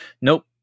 Nope